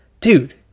Dude